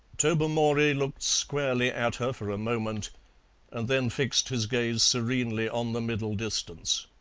tobermory looked squarely at her for a moment and then fixed his gaze serenely on the middle distance.